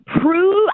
prove